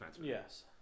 Yes